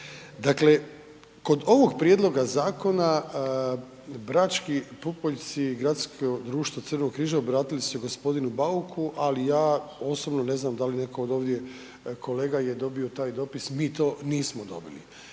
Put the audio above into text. Dakle, kod ovog prijedloga zakona Brački pupoljci i Gradsko društvo Crvenog križa obratili su se gospodinu Bauku, ali ja osobno ne znam da li netko od ovdje kolega je dobio taj dopis, mi to nismo dobili.